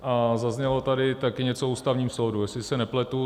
A zaznělo tady také něco o Ústavním soudu, jestli se nepletu.